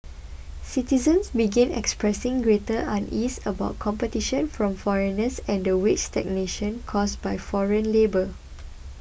citizens began expressing greater unease about competition from foreigners and the wage stagnation caused by foreign labour